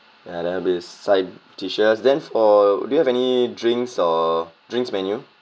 ya that'll be side dishes then for do you have any drinks or drinks menu